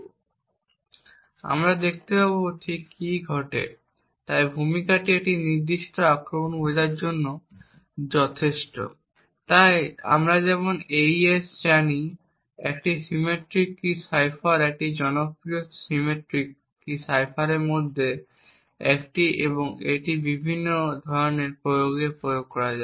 এবং আমরা দেখতে পাব ঠিক কী ঘটে তাই ভূমিকাটি এই নির্দিষ্ট আক্রমণটি বোঝার জন্য যথেষ্ট তাই আমরা যেমন AES জানি একটি সিমেট্রিক কী সাইফার এটি সবচেয়ে জনপ্রিয় সিমেট্রিক কী সাইফারগুলির মধ্যে একটি এবং এটি বিভিন্ন ধরনের প্রয়োগে প্রয়োগ করা হয়